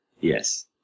Yes